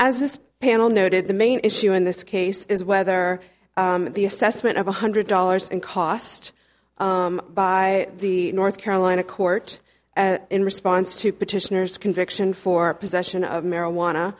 as this panel noted the main issue in this case is whether the assessment of one hundred dollars in cost by the north carolina court in response to petitioners conviction for possession of marijuana